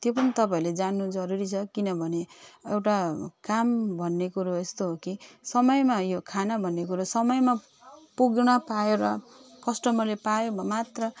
त्यो पनि तपाईँहरूले जान्नु जरुरी छ किनभने एउटा काम भन्ने कुरो यस्तो हो कि समयमा यो खाना भन्ने कुरो समयमा पुग्न पायो र कस्टमर पायो मात्र